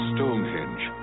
Stonehenge